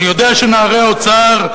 אני יודע שנערי האוצר,